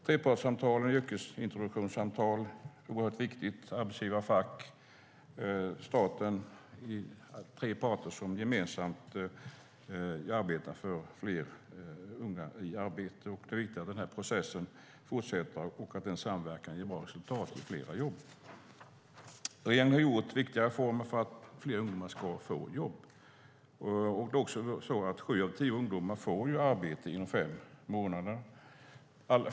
Trepartssamtal och yrkesintroduktionssamtal är oerhört viktiga. Arbetsgivare, fack och staten är tre parter som gemensamt strävar efter att få fler unga i arbete. Det är viktigt att processen fortsätter och att denna samverkan resulterar i fler jobb. Regeringen har genomfört viktiga reformer för att fler ungdomar ska få jobb. Sju av tio ungdomar får arbete inom fem månader.